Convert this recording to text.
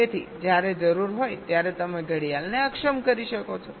તેથી જ્યારે જરૂરી હોય ત્યારે તમે ઘડિયાળને અક્ષમ કરી શકો છો